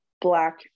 Black